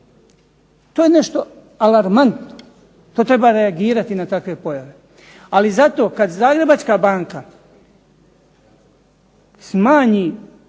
To je nešto alarmantno, treba reagirati na takve pojave. Ali zato kad Zagrebačka banka smanji